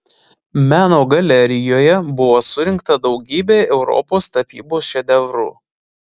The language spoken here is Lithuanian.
meno galerijoje buvo surinkta daugybė europos tapybos šedevrų